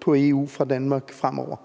på EU fra Danmark fremover.